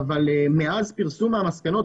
אבל מאז פרסום המסקנות,